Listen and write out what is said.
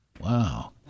Wow